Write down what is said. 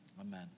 Amen